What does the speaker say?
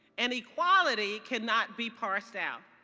and equality cannot be parsed out.